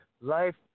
Life